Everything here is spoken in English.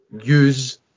use